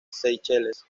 seychelles